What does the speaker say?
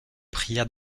prières